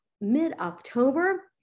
mid-October